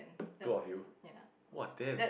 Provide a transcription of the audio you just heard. two of you !wah! damn